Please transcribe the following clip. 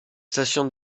stations